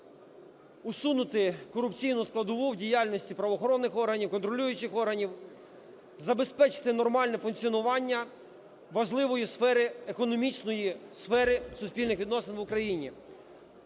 усунути корупційну складову в діяльності правоохоронних органів, контролюючих органів, забезпечити нормальне функціонування важливої сфери, економічної сфери суспільних відносин в Україні.